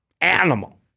animal